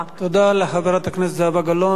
תודה לחברת הכנסת זהבה גלאון.